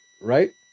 right